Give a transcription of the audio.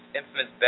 infamous